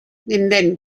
then